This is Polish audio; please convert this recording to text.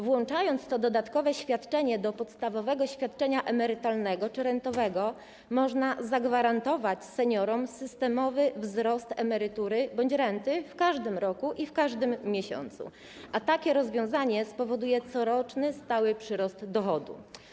Włączając to dodatkowe świadczenie do podstawowego świadczenia emerytalnego czy rentowego, można zagwarantować seniorom systemowy wzrost emerytury bądź renty w każdym roku i w każdym miesiącu, a takie rozwiązanie spowoduje coroczny stały przyrost dochodu.